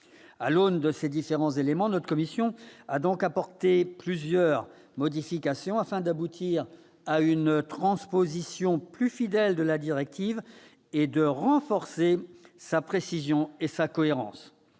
À l'aune de ces différents éléments, notre commission a apporté plusieurs modifications, afin d'aboutir à une transposition plus fidèle de la directive et de renforcer sa précision et sa cohérence.